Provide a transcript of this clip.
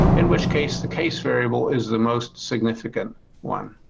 in which case the case variable is the most significant one.